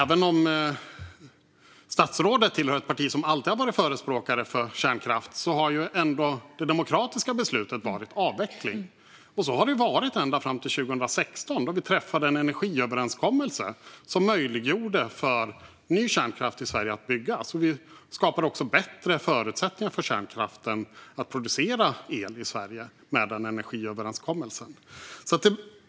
Även om statsrådet tillhör ett parti som alltid har varit förespråkare för kärnkraft har det demokratiska beslutet varit avveckling. Så har det varit ända fram till 2016, då vi träffade en energiöverenskommelse som möjliggjorde att ny kärnkraft byggs i Sverige. Vi skapade också bättre förutsättningar för kärnkraften att producera el i Sverige med den energiöverenskommelsen.